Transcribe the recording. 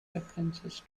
references